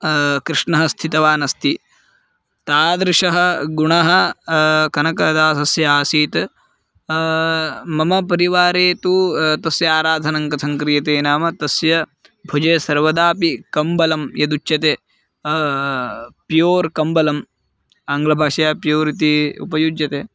कृष्णः स्थितवान् अस्ति तादृशः गुणः कनकदासस्य आसीत् मम परिवारे तु तस्य आराधनं कथं क्रियते नाम तस्य भुजे सर्वदापि कम्बलं यदुच्यते प्योर् कम्बलम् आङ्ग्लभाषया प्योर् इति उपयुज्यते